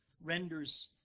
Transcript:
renders